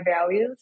values